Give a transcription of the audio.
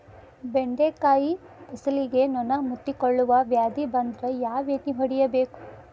ಬೆಂಡೆಕಾಯ ಫಸಲಿಗೆ ನೊಣ ಮುತ್ತಿಕೊಳ್ಳುವ ವ್ಯಾಧಿ ಬಂದ್ರ ಯಾವ ಎಣ್ಣಿ ಹೊಡಿಯಬೇಕು?